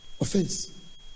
Offense